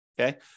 Okay